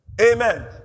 amen